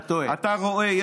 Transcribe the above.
אתה טועה, אתה טועה.